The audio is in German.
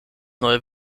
neue